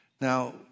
Now